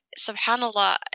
subhanAllah